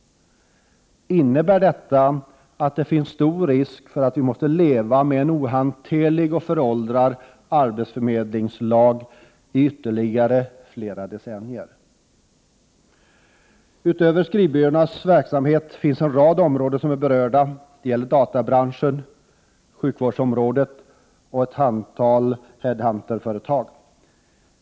Innebär detta att det finns stor risk för att vi måste leva med en ohanterlig och föråldrad arbetsförmedlingslag i flera ytterligare decennier? Utöver skrivbyråernas verksamhet finns det en rad områden som är berörda. Det gäller databranschen, sjukvårdsområdet och ett antal headhunterföretag.